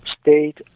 state